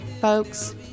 folks